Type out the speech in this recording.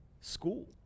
school